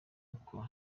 uko